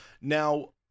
Now